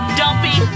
dumpy